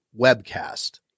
webcast